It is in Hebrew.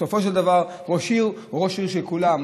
בסופו של דבר ראש עירייה הוא ראש עירייה של כולם.